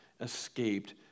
escaped